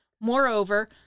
Moreover